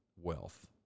wealth